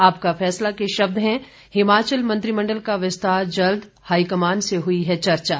आपका फैसला के शब्द हैं हिमाचल मंत्रिमण्डल का विस्तार जल्द हाईकमान से हुई है चर्चा